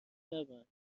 نبند